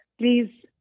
Please